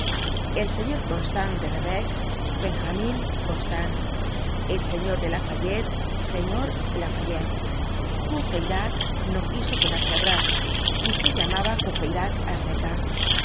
el señor constant de rebecque benjamin constant el señor de lafayette señor lafayette courfeyrac no quiso quedarse atrás y se llamaba courfeyrac